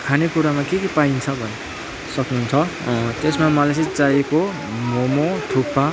खानेकुरामा के के पाइन्छ भन्न सक्नुहुन्छ त्यसमा मलाई चाहिँ चाहिएको मोमो थुक्पा